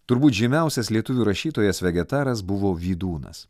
turbūt žymiausias lietuvių rašytojas vegetaras buvo vydūnas